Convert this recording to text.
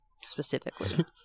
specifically